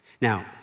Now